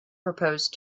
proposed